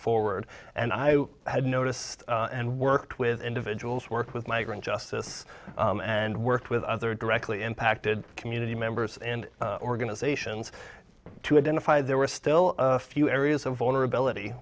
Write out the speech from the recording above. forward and i had noticed and worked with individuals worked with migrant justice and worked with other directly impacted community members and organizations to identify there were still a few areas of vulnerability